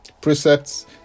precepts